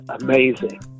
amazing